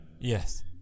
Yes